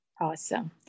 Awesome